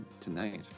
tonight